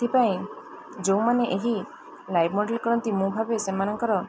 ସେଥିପାଇଁ ଯେଉଁମାନେ ଏହି ଲାଇଭ୍ ମଡ଼େଲ୍ କରନ୍ତି ମୁଁ ଭାବେ ସେମାନଙ୍କର